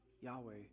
Yahweh